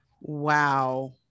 Wow